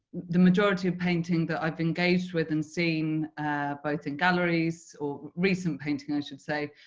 the majority of painting that i've engaged with and seen both in galleries or recent painting ah should say,